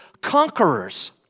conquerors